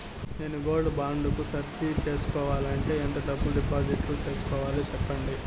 నేను gold bond కు అర్జీ సేసుకోవాలంటే ఎంత డబ్బును డిపాజిట్లు సేసుకోవాలి సెప్పండి